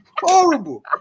horrible